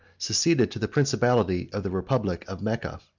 succeeded to the principality of the republic of mecca.